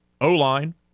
O-line